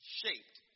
shaped